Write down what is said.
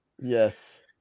yes